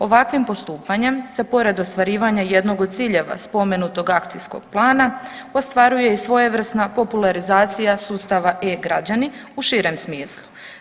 Ovakvim postupanjem se pored ostvarivanja jednog od ciljeva spomenutog akcijskog plana ostvaruje i svojevrsna popularizacija sustava e-građani u širem smislu.